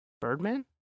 Birdman